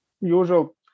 usual